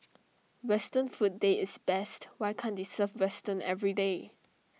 western food day is best why can deserve western everyday